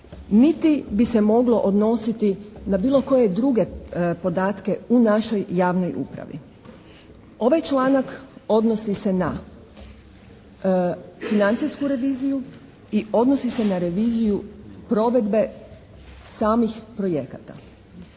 niti bi se moglo odnositi na bilo koje druge podatke u našoj javnoj upravi. Ovaj članak odnosi se na financijsku reviziju i odnosi se na reviziju provedbe samih projekata.